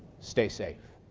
stay safe.